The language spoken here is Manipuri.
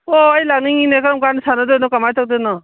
ꯑꯣ ꯑꯩ ꯂꯥꯛꯅꯤꯡꯉꯤꯅꯦ ꯀꯔꯝꯀꯥꯟꯗ ꯁꯥꯟꯅꯒꯗꯣꯏꯅꯣ ꯀꯔꯃꯥꯏꯅ ꯇꯧꯒꯗꯣꯏꯅꯣ